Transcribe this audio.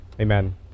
Amen